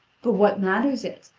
but what matters it?